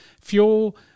fuel